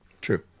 True